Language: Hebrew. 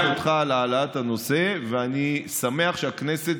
אני משבח אותך על העלאת הנושא ואני שמח שהכנסת